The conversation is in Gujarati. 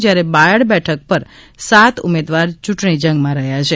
જ્યારે બાયડ બેઠક પર સાત ઉમેદવાર યૂંટણી જંગમાં રહ્યા છે